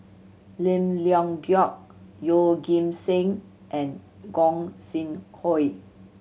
Lim Leong Geok Yeoh Ghim Seng and Gog Sing Hooi